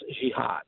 Jihad